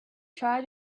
try